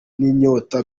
n’inyota